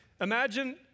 Imagine